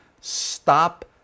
Stop